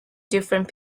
different